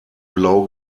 blau